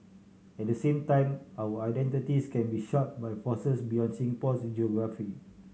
at the same time our identities can be sharped by forces beyond Singapore's geography